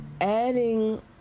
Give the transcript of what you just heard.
Adding